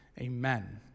Amen